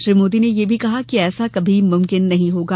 श्री मोदी ने यह भी कहा कि ऐसा कभी मुमकिन नहीं होगा